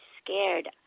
scared